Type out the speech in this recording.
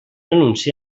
anunci